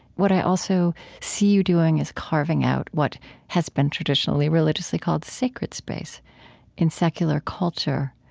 what i also see you doing is carving out what has been traditionally, religiously called sacred space in secular culture.